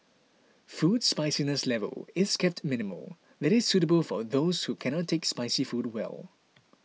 food spiciness level is kept minimal that is suitable for those who cannot take spicy food well